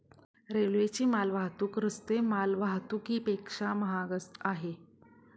रेल्वेची माल वाहतूक रस्ते माल वाहतुकीपेक्षा महाग आहे